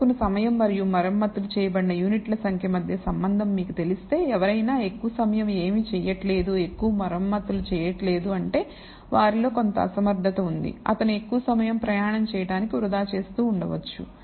తీసుకున్న సమయం మరియు మరమ్మతులు చేయబడిన యూనిట్లు సంఖ్య మధ్య సంబంధం మీకు తెలిస్తే ఎవరైనా ఎక్కువ సమయం ఏమీ చెయ్యట్లేదు ఎక్కువ మరమ్మతులు చెయ్యట్లేదు అంటే వారిలో కొంత అసమర్ధత ఉంది అతను ఎక్కువ సమయం ప్రయాణం చేయడానికి వృధా చేస్తూ ఉండవచ్చు